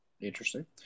Interesting